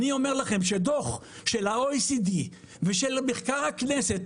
אני אומר לכם שדוח של ה-OECD ושל מחקר הכנסת,